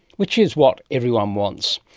which is what everyone wants.